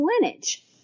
lineage